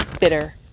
bitter